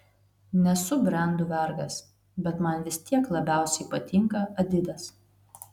nesu brendų vergas bet man vis tiek labiausiai patinka adidas